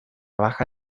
baja